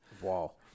Wow